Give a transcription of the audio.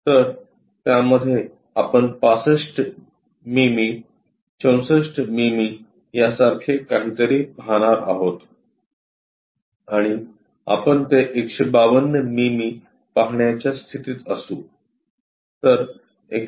तर त्यामध्ये आपण 65 मिमी 64 मिमी सारखे काहीतरी पाहणार आहोत आणि आपण ते 152 मिमी पाहण्याच्या स्थितीत असू